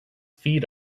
feet